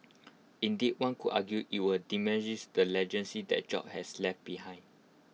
indeed one could argue IT would diminishes the legacy that jobs has left behind